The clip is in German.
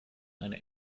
eine